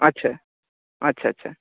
আচ্ছা আচ্ছা আচ্ছা